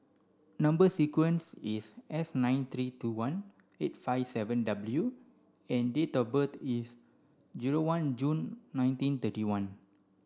number sequence is S nine three two one eight five seven W and date of birth is zero one June nineteen thirty one